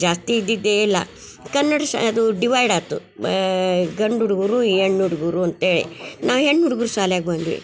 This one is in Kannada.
ಜಾಸ್ತಿ ಇದ್ದಿದ್ದೇ ಇಲ್ಲ ಕನ್ನಡ ಶಾ ಅದು ಡಿವೈಡ್ ಆತು ಮ ಗಂಡು ಹುಡ್ಗುರು ಹೆಣ್ಣ್ ಹುಡ್ಗುರು ಅಂತ್ಹೇಳಿ ನಾವು ಹೆಣ್ಣು ಹುಡ್ಗುರ್ ಶಾಲ್ಯಾಗ ಬಂದ್ವಿ